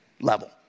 level